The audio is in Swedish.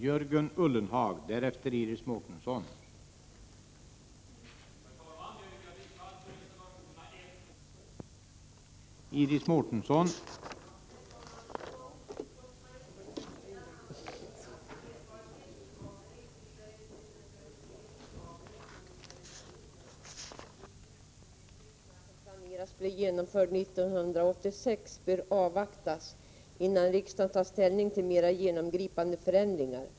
Herr talman! Från utskottsmajoritetens sida anser vi att erfarenhet av den ytterligare decentralisering av upphandlingsverksamheten vid universitet och högskolor som planeras bli genomförd 1986 bör avvaktas, innan riksdagen tar ställning till förslag om mer genomgripande förändringar.